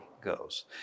goes